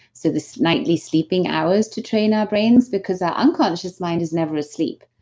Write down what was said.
so this nightly sleeping hours to train our brains, because our unconscious mind is never asleep.